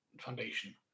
Foundation